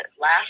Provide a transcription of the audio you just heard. last